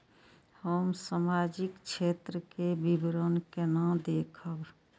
हम सामाजिक क्षेत्र के विवरण केना देखब?